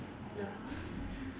ya